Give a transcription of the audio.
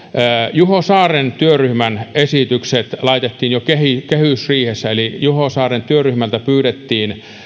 juho saaren työryhmän esitykset laitettiin jo kehysriihessä eli juho saaren työryhmältä pyydettiin